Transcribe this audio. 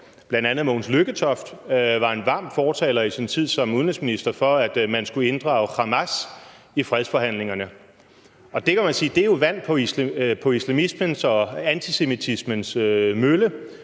at bl.a. Mogens Lykketoft var en varm fortaler i sin tid som udenrigsminister for, at man skulle inddrage Hamas i fredsforhandlingerne. Og man kan sige, at det er vand på islamismens og antisemitismens mølle,